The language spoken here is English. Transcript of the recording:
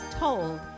told